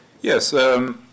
Yes